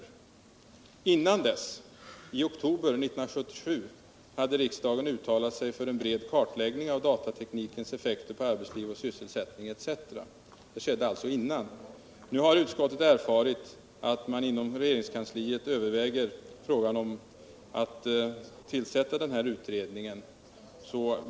Innan dess — i oktober 1977 — hade riksdagen uttalat sig för en bred kartläggning av datateknikens effekter på arbetsliv och sysselsättning etc. Detta skedde alltså innan beslutet fattades. Nu har vi i utskottet erfarit att man inom regeringskansliet överväger att tillsätta utredningen.